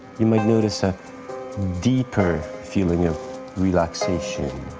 you might notice a deeper feeling of relaxation.